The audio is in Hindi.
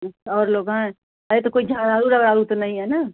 अच्छ और लोग हैं अरे तो कोई झगड़ालू रगड़ालू तो नहीं है ना